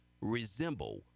resemble